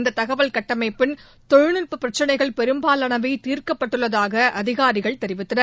இந்த தகவல் கட்டமைப்பின் தொழில்நுட்ப பிரச்சினைகள் பெரும்பாலானவை தீர்க்கப்பட்டுள்ளதாக அதிகாரிகள் தெரிவித்தனர்